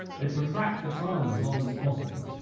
they protract the time as long as possible,